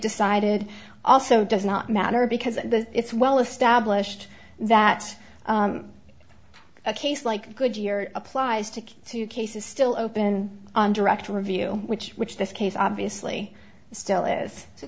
decided also does not matter because it's well established that a case like goodyear applies to two cases still open on direct review which which this case obviously still